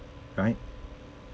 right